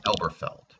Elberfeld